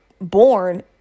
born